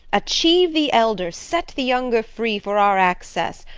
achieve the elder, set the younger free for our access,